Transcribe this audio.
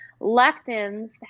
Lectins